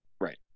Right